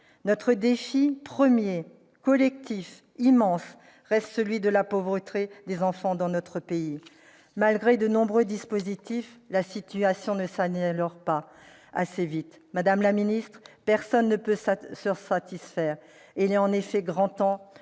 Notre défi premier, collectif, immense, reste celui de la pauvreté des enfants dans notre pays. Malgré de nombreux dispositifs, la situation ne s'améliore pas assez vite ; madame la ministre, personne ne peut s'en satisfaire. Il est en effet grand temps